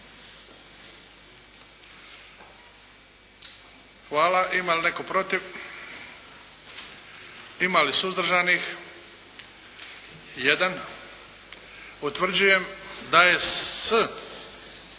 Hvala. Ima li netko protiv? Ima li suzdržanih? Jedan. Utvrđujem da je s